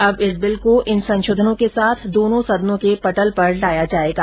अब इस बिल को इन संशोधनों के साथ दोनो सदनों के पटल पर लाया जायेगा